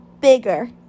bigger